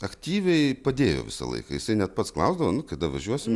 aktyviai padėjo visą laiką jisai net pats klausdavo kada važiuosim